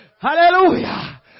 Hallelujah